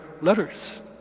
letters